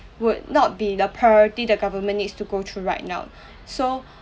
would not be the priority the government needs to go through right now so